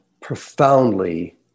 profoundly